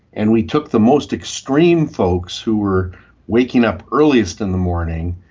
and we took the most extreme folks who were waking up earliest in the morning,